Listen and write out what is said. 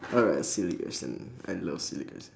alright silly question I love silly question